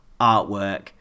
artwork